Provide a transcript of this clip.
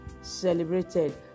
celebrated